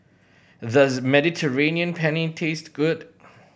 does Mediterranean Penne taste good